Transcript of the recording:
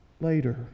later